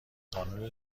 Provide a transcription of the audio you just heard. قانون